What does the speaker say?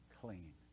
clean